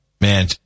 Man